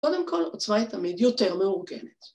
‫קודם כול, עוצמה היא תמיד ‫יותר מאורגנת.